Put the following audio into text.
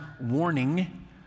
warning